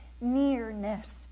nearness